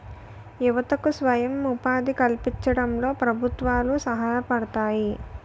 యువతకు స్వయం ఉపాధి కల్పించడంలో ప్రభుత్వాలు సహాయపడతాయి